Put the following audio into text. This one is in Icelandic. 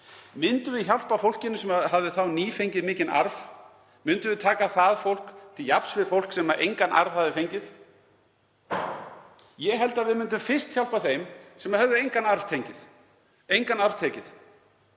Myndum við hjálpa fólkinu sem hefði þá nýlega fengið mikinn arf? Myndum við leggja það fólk til jafns við fólk sem engan arf hefði fengið? Ég held að við myndum fyrst hjálpa þeim sem hefðu engan arf fengið. Ég held